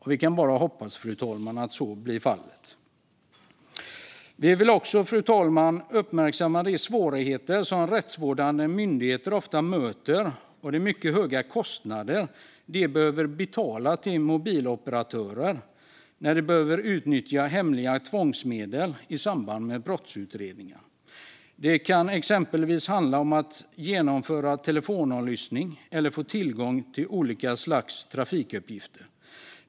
Vi kan bara hoppas att så blir fallet. Fru talman! Vi vill uppmärksamma de svårigheter som rättsvårdande myndigheter ofta möter och de mycket höga kostnader de måste betala till mobiloperatörer när de behöver utnyttja hemliga tvångsmedel i samband med brottsutredningar. Det kan exempelvis handla om att genomföra telefonavlyssning eller om att få tillgång till olika slags trafikuppgifter.